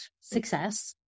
success